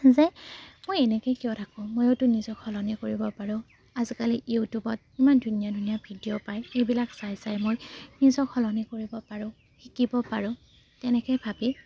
যে মই এনেকৈ কিয় থাকোঁ ময়তো নিজক সলনি কৰিব পাৰোঁ আজিকালি ইউটিউবত ইমান ধুনীয়া ধুনীয়া ভিডিঅ' পায় এইবিলাক চাই চাই মই নিজক সলনি কৰিব পাৰোঁ শিকিব পাৰোঁ তেনেকৈ ভাবি